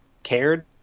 cared